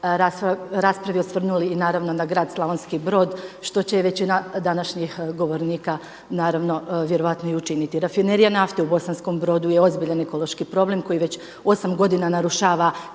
raspravi osvrnuli naravno i na grad Slavonski Brod što će i većina današnjih govornika naravno vjerojatno i učiniti. Rafinerija nafte u Bosanskom Brodu je ozbiljan ekološki problem koji već 8 godina narušava